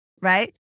right